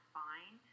fine